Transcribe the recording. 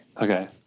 Okay